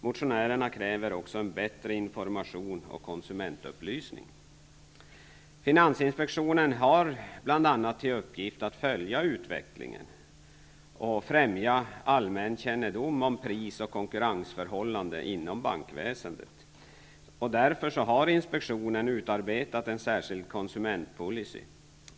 Motionärerna kräver också en bättre information och konsumentupplysning. Finansinspektionen har bl.a. till uppgift att följa utvecklingen och främja allmän kännedom om prisoch konkurrensförhållanden inom bankväsendet. Därför har inspektionen utarbetat en särskild konsumentpolicy.